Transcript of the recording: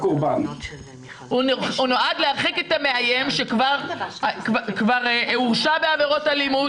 הוא נועד להרחיק את המאיים שכבר הורשע בעבירות אלימות,